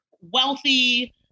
wealthy